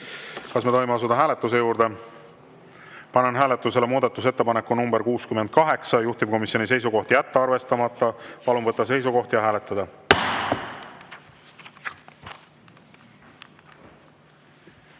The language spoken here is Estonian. Kas me tohime asuda hääletuse juurde? Panen hääletusele muudatusettepaneku nr 68, juhtivkomisjoni seisukoht on jätta arvestamata. Palun võtta seisukoht ja hääletada!